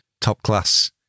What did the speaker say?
top-class